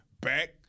back